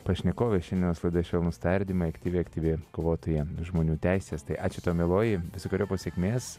pašnekovė šiandienos laidoje švelnūs tardymai aktyvi aktyvi kovotoja žmonių teisės tai ačiū tau mieloji visokeriopos sėkmės